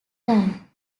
time